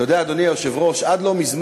אתה יודע, אדוני היושב-ראש, עד לא מזמן,